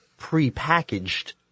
prepackaged